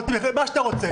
יכולתם לעשות מה שאתה רוצה.